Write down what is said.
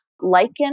lichen